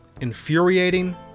infuriating